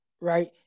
right